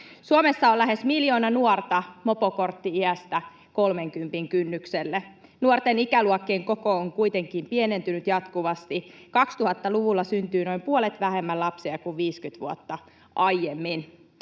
Suomessa on lähes miljoona nuorta mopokortti-iästä kolmenkympin kynnykselle. Nuorten ikäluokkien koko on kuitenkin pienentynyt jatkuvasti. 2000-luvulla syntyy noin puolet vähemmän lapsia kuin 50 vuotta aiemmin.